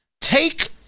Take